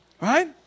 right